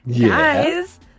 guys